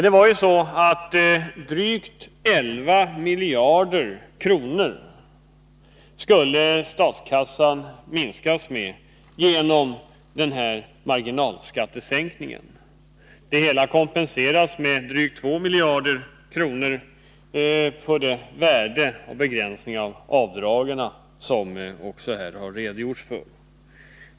Det var så att statskassan skulle minskas med drygt 11 miljarder kronor genom denna marginalskattesänkning. Det kompenseras med drygt 2 miljarder kronor för värdet av begränsningen av avdragen, som det också här har redogjorts för.